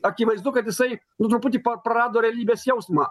akivaizdu kad jisai nu truputį pa prarado realybės jausmą